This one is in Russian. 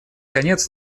конец